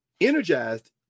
energized